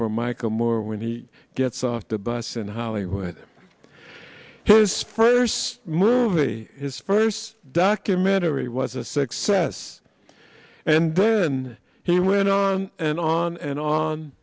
for michael moore when he gets off the bus in hollywood in his first movie his first documentary was a success and then he went on and on and on